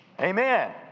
Amen